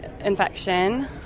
infection